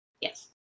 Yes